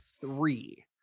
three